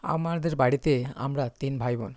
আমাদের বাড়িতে আমরা তিন ভাই বোন